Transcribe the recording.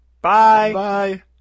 Bye